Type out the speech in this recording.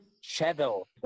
shadow